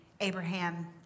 Abraham